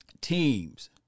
Teams